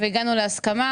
והגענו להסכמה